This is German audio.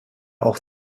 auch